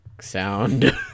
sound